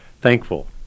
thankful